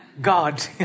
God